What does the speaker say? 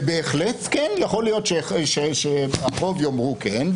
ובהחלט יכול להיות שהרוב יאמרו כן,